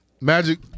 Magic